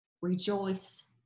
rejoice